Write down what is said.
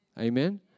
Amen